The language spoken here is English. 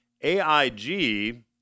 AIG